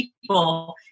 people